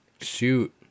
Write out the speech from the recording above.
Shoot